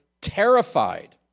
terrified